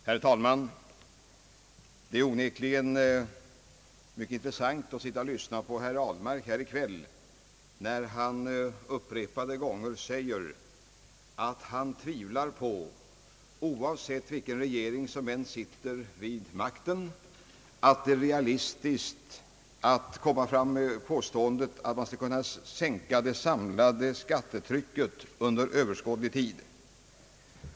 Herr talman! Det är onekligen mycket intressant att sitta och lyssna på herr Ahlmark här i kväll när han upprepade gånger säger — oavsett vilken regering som sitter vid makten — att det är orealistiskt påstå att man skall kunna sänka det samlade skattetrycket inom överskådlig tid.